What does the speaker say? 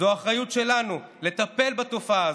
זאת אחריות שלנו לטפל בתופעה הזאת.